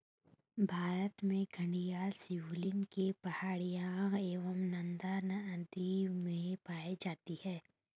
भारत में घड़ियाल शिवालिक की पहाड़ियां एवं नर्मदा नदी में पाए जाते हैं